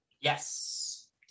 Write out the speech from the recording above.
Yes